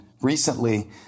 recently